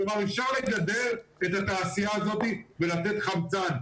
כלומר, אפשר לגדר את התעשייה הזאת ולתת חמצן.